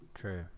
True